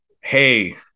hey